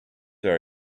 are